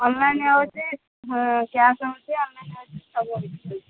online ହେଉଛି cash ହେଉଛି online ହେଉଛି ସବୁ